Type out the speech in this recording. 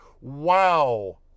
Wow